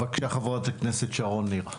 בבקשה, חברת הכנסת שרון ניר.